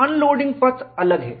unloading पथ अलग है